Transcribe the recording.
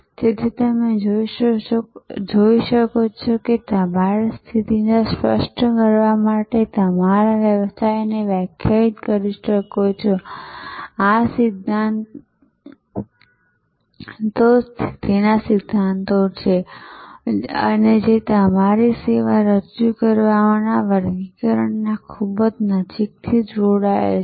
તેથી તમે જોઈ શકો છો કે તમે તમારી સ્થિતિને સ્પષ્ટ કરવા માટે તમારા વ્યવસાયને વ્યાખ્યાયિત કરી શકો છો આ સ્થિતિના સિદ્ધાંતો છે અને જે તમારી સેવા રજૂ કરવાનું વર્ગીકરણ ખૂબ જ નજીકથી જોડાયેલ છે